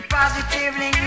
positively